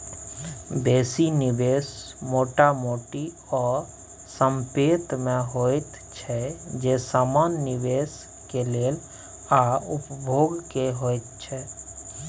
बेसी निवेश मोटा मोटी ओ संपेत में होइत छै जे समान निवेश के लेल आ उपभोग के होइत छै